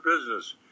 business